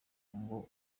ngo